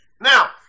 Now